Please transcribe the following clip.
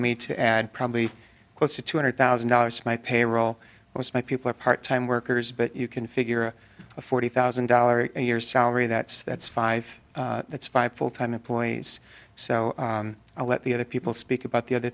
me to add probably close to two hundred thousand dollars my payroll most of my people are part time workers but you can figure a forty thousand dollars a year salary that's that's five that's five full time employees so i'll let the other people speak about the other